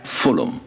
Fulham